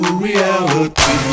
reality